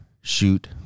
shoot